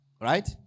Right